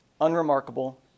unremarkable